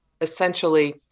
essentially